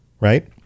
right